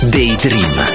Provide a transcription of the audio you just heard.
Daydream